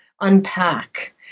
unpack